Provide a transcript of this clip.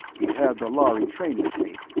he'd had the lhari training tape,